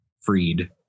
Freed